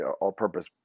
all-purpose